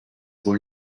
wohl